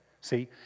see